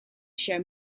share